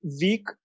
weak